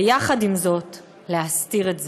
ויחד עם זה להסתיר את זה,